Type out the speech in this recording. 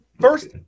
First